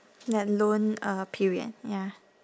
that loan uh period ya